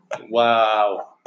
Wow